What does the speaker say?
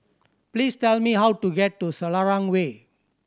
please tell me how to get to Selarang Way